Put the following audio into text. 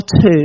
two